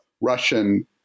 Russian